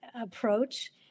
approach